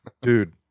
Dude